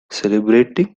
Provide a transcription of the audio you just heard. celebrating